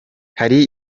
hari